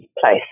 place